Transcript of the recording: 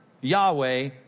Yahweh